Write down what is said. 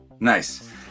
Nice